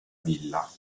villa